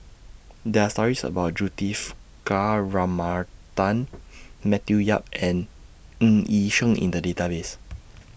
There Are stories about Juthika Ramanathan Matthew Yap and Ng Yi Sheng in The Database